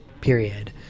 period